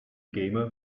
gamer